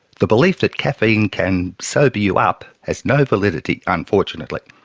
the belief that caffeine can sober you up has no validity, unfortunately,